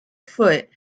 foot